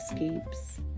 escapes